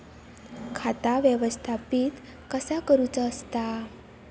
खाता व्यवस्थापित कसा करुचा असता?